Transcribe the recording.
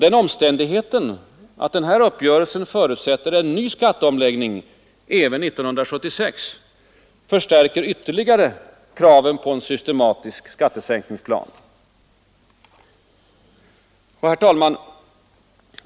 Den omständigheten att den här uppgörelsen förutsätter en ny skatteomläggning även 1976 förstärker ytterligare kraven på en systematisk skattesänkningsplan. Herr talman!